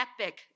epic